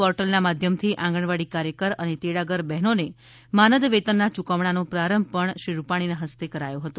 પોર્ટલના માધ્યમથી આંગણવાડી કાર્યકર અને તેડાગર બહેનોને માનદવેતનના ચુકવણાનો પ્રારંભ પણશ્રી રૂપાણીના હસ્તે કરાયો હતો